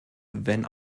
wenn